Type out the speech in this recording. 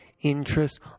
interest